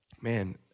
man